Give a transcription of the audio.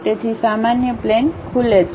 તેથી સામાન્ય પ્લેન ખુલે છે